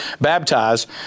baptized